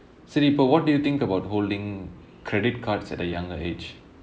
சரி இப்போ:seri ippo what do you think about holding credit cards at a younger age